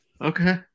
Okay